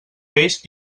peix